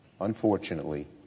unfortunately